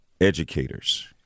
educators